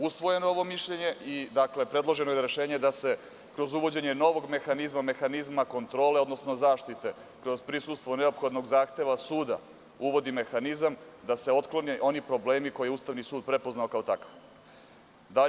Usvojeno je ovo mišljenje i predloženo je rešenje da sekroz uvođenje novog mehanizma, mehanizma kontrole, odnosno zaštite, kroz prisustvo neophodnog zahteva suda uvodi mehanizam da se otklone oni problemi koje je Ustavni sud prepoznao kao takve.